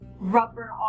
rubber